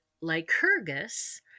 Lycurgus